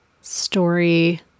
story